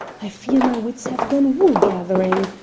i fear my wits have gone wool-gathering.